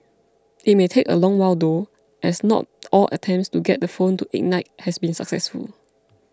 it may take a long while though as not all attempts to get the phone to ignite has been successful